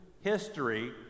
history